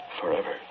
Forever